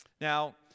Now